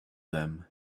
them